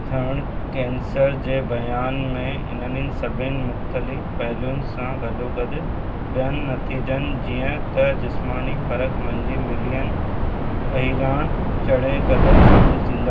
थणु cancer जे बयान में इन्हनि सभिनी मुख़्तलिफ पहलुनि सां गॾोगॾु ॿियनि नतीजनि जीअं त जिस्मानी परख मंझि मिलियल अहियाण चङे क़दुरु शामिलु थींदा